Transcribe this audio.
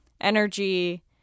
energy